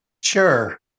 Sure